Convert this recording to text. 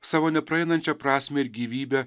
savo nepraeinančią prasmę ir gyvybę